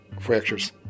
fractures